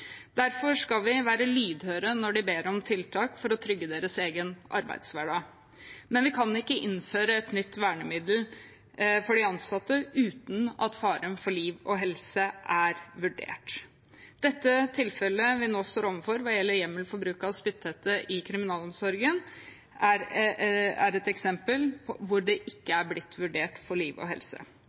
Derfor skal vi være lydhøre når de ber om tiltak for å trygge sin egen arbeidshverdag. Men vi kan ikke innføre et nytt vernemiddel for de ansatte uten at faren for liv og helse er vurdert. Dette tilfellet vi nå står overfor hva gjelder hjemmel for bruk av spytthette i kriminalomsorgen, er et eksempel hvor faren for liv og helse ikke er blitt vurdert. Regjeringen har ikke sørget for